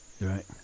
Right